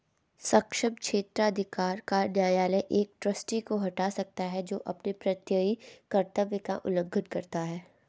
सक्षम क्षेत्राधिकार का न्यायालय एक ट्रस्टी को हटा सकता है जो अपने प्रत्ययी कर्तव्य का उल्लंघन करता है